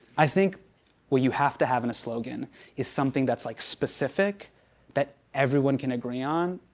i think what you have to have in a slogan is something that's like, specific that everyone can agree on